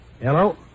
Hello